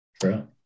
True